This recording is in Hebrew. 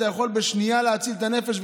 אתה יכול בשנייה להציל את הנפש,